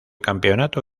campeonato